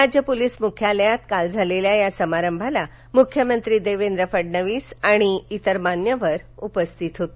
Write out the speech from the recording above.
राज्य पोलीस मुख्यालयात काल झालेल्या या समारंभास मुख्यमंत्री देवेंद्र फडणवीस आणि इतर मान्यवर उपस्थित होते